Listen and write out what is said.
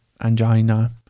angina